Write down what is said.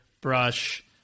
brush